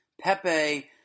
Pepe